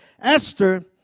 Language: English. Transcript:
Esther